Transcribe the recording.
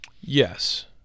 Yes